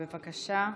בבקשה.